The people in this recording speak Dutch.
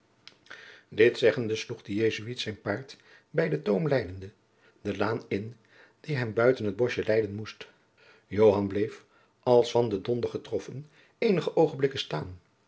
dit zeggende sloeg de jesuit zijn paard bij den toom leidende de laan in die hem buiten het boschje leiden moest joan bleef als van den donder getroffen eenige oogenblikken staan